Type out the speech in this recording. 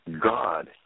God